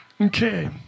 Okay